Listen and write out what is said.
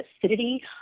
acidity